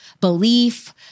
belief